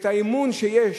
והאמון שיש